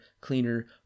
cleaner